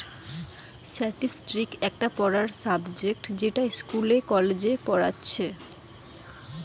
statistics একটা পড়ার subject যেটা ইস্কুলে, কলেজে পড়াইতিছে